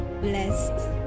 blessed